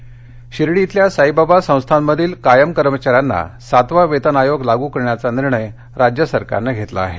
वेतन अहमदनगर शिर्डी इथल्या साईबाबा संस्थानमधील कायम कर्मचाऱ्यांना सातवा वेतन आयोग लागू करण्याचा निर्णय राज्य सरकारने घेतला आहे